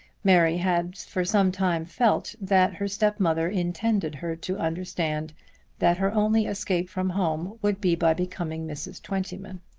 mary had for some time felt that her step-mother intended her to understand that her only escape from home would be by becoming mrs. twentyman.